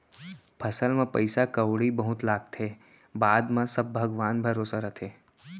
फसल म पइसा कउड़ी बहुत लागथे, बाद म सब भगवान भरोसा रथे